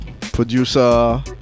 producer